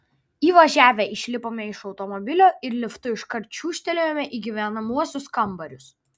įvažiavę išlipome iš automobilio ir liftu iškart čiūžtelėjome į gyvenamuosius kambarius